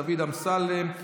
דוד אמסלם,